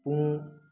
ꯄꯨꯡ